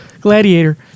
Gladiator